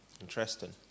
Interesting